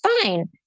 Fine